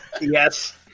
Yes